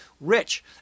rich